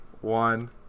one